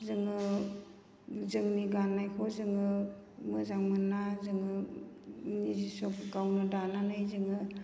जोङो जोंनि गाननायखौ जोङो मोजां मोना जोङो निजे सब गावनो दानानै जोङो